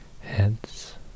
heads